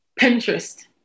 Pinterest